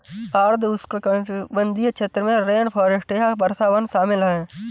आर्द्र उष्णकटिबंधीय क्षेत्र में रेनफॉरेस्ट या वर्षावन शामिल हैं